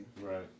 Right